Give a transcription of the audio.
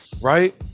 Right